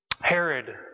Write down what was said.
Herod